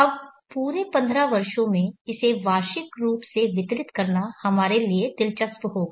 अब पूरे 15 वर्षों में इसे वार्षिक रूप से वितरित करना हमारे लिए दिलचस्प होगा